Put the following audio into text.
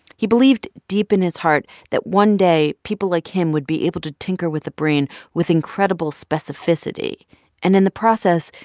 he believed deep in his heart that one day, day, people like him would be able to tinker with the brain with incredible specificity and, in the process,